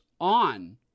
on